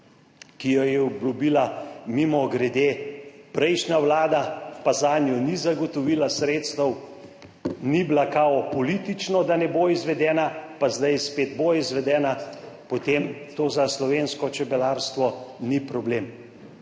ki jo je obljubila, mimogrede, prejšnja Vlada, pa zanjo ni zagotovila sredstev, ni bila kao politično, da ne bo izvedena, pa zdaj spet bo izvedena, potem to za slovensko čebelarstvo ni problem.